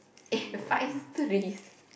eh five threes